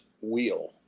wheel